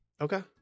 Okay